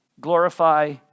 Glorify